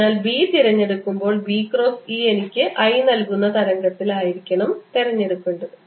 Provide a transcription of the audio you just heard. അതിനാൽ B തിരഞ്ഞെടുക്കുമ്പോൾ B cross E എനിക്ക് i നൽകുന്ന തരത്തിലുള്ള B ആയിരിക്കണം എടുക്കേണ്ടത്